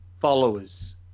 followers